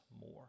more